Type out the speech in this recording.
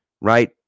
Right